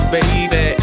baby